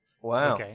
Wow